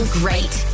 great